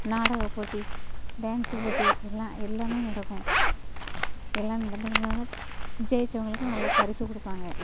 நாடகப் போட்டி டான்ஸு போட்டி எல்லாம் எல்லாமே நடக்கும் எல்லாம் நடந்து ஜெயித்தவங்களுக்கு நல்ல பரிசு கொடுப்பாங்க